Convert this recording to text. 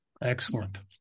Excellent